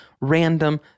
random